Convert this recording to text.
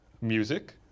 music